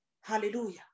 Hallelujah